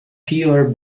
fewer